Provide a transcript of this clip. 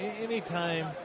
Anytime